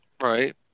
right